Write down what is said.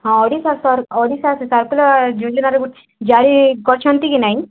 ହଁ ଓଡ଼ିଶା ଓଡ଼ିଶା ଯାରି କରିଛନ୍ତି କି ନାଇଁ